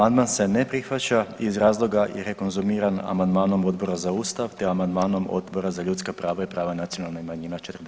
Amandman se ne prihvaća iz razloga jer je konzumiran amandmanom Odbora za Ustav te amandmanom Odbora za ljudska prava i prava nacionalnih manjina 43, 44.